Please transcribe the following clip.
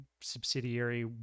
subsidiary